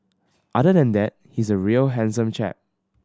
other than that he's a real handsome chap